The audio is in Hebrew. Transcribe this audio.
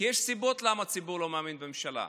יש סיבות למה הציבור לא מאמין בממשלה.